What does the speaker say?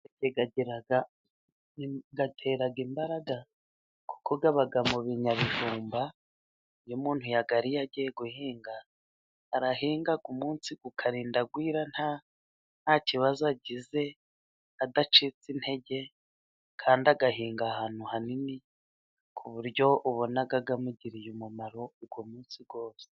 Amateke atera imbaraga, kuko aba mu binyabijumba . Iyo umuntu yayariye agiye guhinga, arahinga umunsi ukarinda wira nta kibazo agize adacitse intege ,kandi agahinga ahantu hanini ku buryo ubona amugiriye umumaro uwo munsi wose.